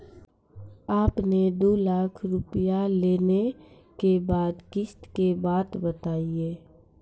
आपन ने दू लाख रुपिया लेने के बाद किस्त के बात बतायी?